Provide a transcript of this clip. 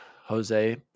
Jose